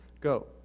go